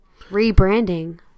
Rebranding